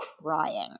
crying